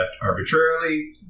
arbitrarily